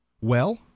Well